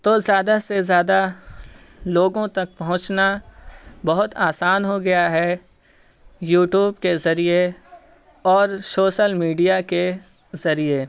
تو زیادہ سے زیادہ لوگوں تک پہنچنا بہت آسان ہو گیا ہے یوٹیوب کے ذریعہ اور شوسل میڈیا کے ذریعہ